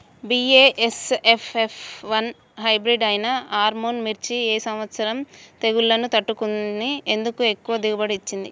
BASF F one hybrid అయినా ఆర్ముర్ మిర్చి ఈ సంవత్సరం తెగుళ్లును తట్టుకొని ఎందుకు ఎక్కువ దిగుబడి ఇచ్చింది?